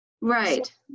Right